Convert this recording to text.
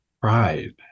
pride